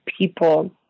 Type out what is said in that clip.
people